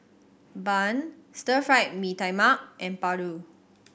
bun Stir Fried Mee Tai Mak and paru